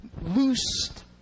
loosed